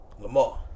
Lamar